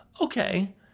Okay